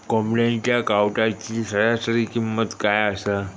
कोंबड्यांच्या कावटाची सरासरी किंमत काय असा?